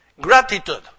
Gratitude